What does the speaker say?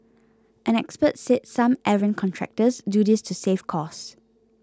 an expert said some errant contractors do this to save costs